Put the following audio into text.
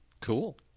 Cool